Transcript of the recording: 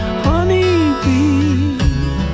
honeybee